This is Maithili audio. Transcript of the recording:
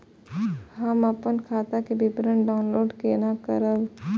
हम अपन खाता के विवरण के डाउनलोड केना करब?